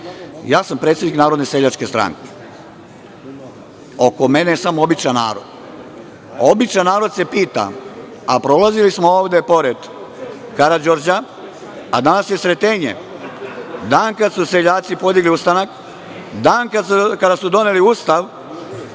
Ja sam predsednik Narodne seljačke stranke. Oko mene je samo običan narod. Običan narod se pita, a prolazili smo ovde pored Karađorđa, a danas je Sretenje, dan kada su seljaci podigli ustanak, dan kada su doneli Ustav